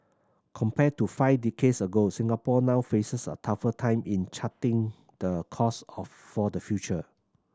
compared to five decades ago Singapore now faces a tougher time in charting the course of for the future